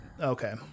Okay